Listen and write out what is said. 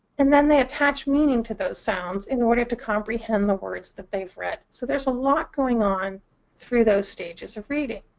and then they attach meaning to those sounds in order to comprehend the words that they've read. so there's a lot going on through those stages of reading.